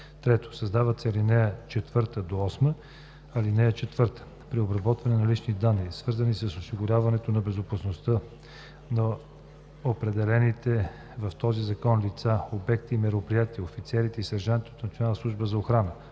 3. Създават се ал. 4 – 8: „(4) При обработване на лични данни, свързани с осигуряването на безопасността на определените в този закон лица, обекти и мероприятия, офицерите и сержантите